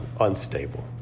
unstable